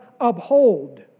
uphold